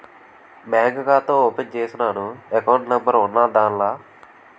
bank ఖాతా open చేసినాను account number ఉన్నాద్దాన్ల